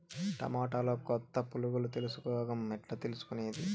టమోటాలో కొత్త పులుగు తెలుసు రోగం ఎట్లా తెలుసుకునేది?